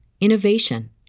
innovation